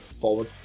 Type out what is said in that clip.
forward